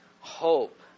hope